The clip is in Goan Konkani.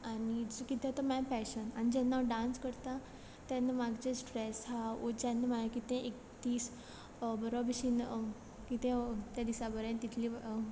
आनी किद्या तो म्हागे पॅशनान जेन्ना हांव डान्स करतां तेन्ना म्हाका जे स्ट्रेस आहा वो जेन्ना म्हागे कितें एक दीस बरो बशेन त्या दिसा बोरें तितलें